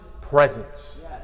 presence